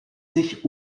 sich